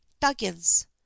Duggins